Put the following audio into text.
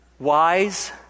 Wise